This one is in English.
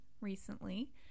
recently